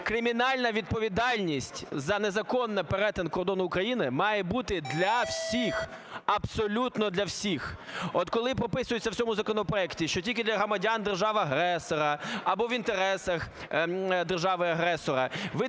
кримінальна відповідальність за незаконний перетин кордону України має бути для всі, абсолютно для всіх! От коли прописується в цьому законопроекті, що тільки для громадян держави-агресора або в інтересах держави-агресора,